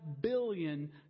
billion